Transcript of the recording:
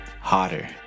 Hotter